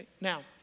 Now